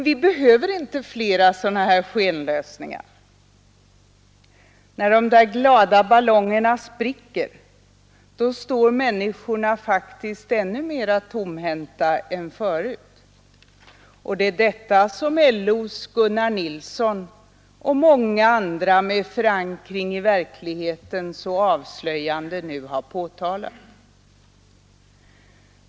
Vi behöver inte flera sådana skenlösningar. När de där glada ballongerna spricker står människorna faktiskt ännu mera tomhänta än förut, och det är detta som LO:s Gunnar Nilsson och många andra med förankring i verkligheten så avslöjande nu har påtalat.